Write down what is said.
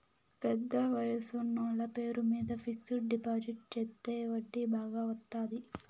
పెద్ద వయసోళ్ల పేరు మీద ఫిక్సడ్ డిపాజిట్ చెత్తే వడ్డీ బాగా వత్తాది